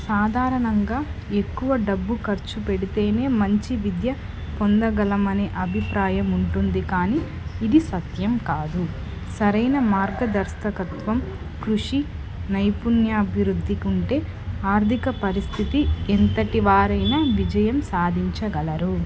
సాధారణంగా ఎక్కువ డబ్బు ఖర్చు పెడితేనే మంచి విద్య పొందగలమనే అభిప్రాయం ఉంటుంది కానీ ఇది సత్యం కాదు సరైన మార్గదర్శకత్వం కృషి నైపుణ్యాభివృద్ధికుంటే ఆర్థిక పరిస్థితి ఎంతటి వారైనా విజయం సాధించగలరు